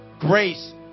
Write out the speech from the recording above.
grace